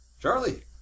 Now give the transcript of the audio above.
Charlie